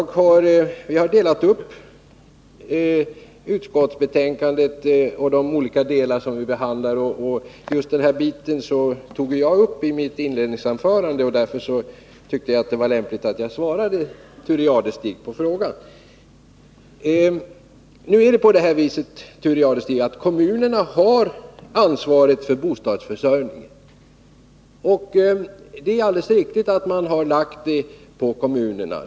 Vi har emellertid delat upp utskottsbetänkandet, och just den här biten tog jag upp i mitt anförande. Därför tyckte jag att det var lämpligt att jag svarade på Thure Jadestigs fråga. Nu är det så, Thure Jadestig, att kommunerna har ansvaret för bostadsförsörjningen. Det är alldeles riktigt att man lagt denna uppgift på kommunerna.